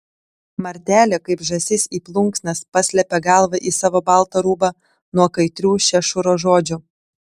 martelė kaip žąsis į plunksnas paslepia galvą į savo baltą rūbą nuo kaitrių šešuro žodžių